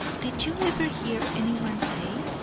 did you ever hear anyone say?